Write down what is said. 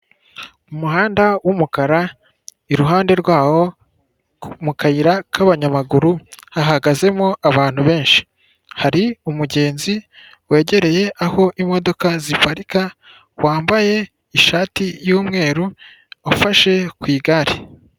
Umuhanda w'umukara iruhande rwawo mu kayira k'abanyamaguru hahagazemo abantu benshi hari umugenzi wegereye aho imodoka ziparika wambaye ishati y'umweru ufashe ku igare.